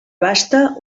basta